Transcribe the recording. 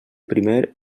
primer